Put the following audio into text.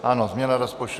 Ano, změna rozpočtu.